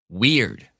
weird